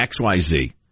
XYZ